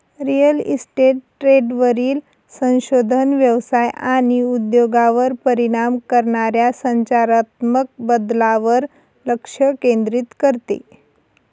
real estate ट्रेंडवरील संशोधन व्यवसाय आणि उद्योगावर परिणाम करणाऱ्या संरचनात्मक बदलांवर लक्ष केंद्रित करते